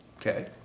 Okay